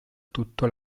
tutto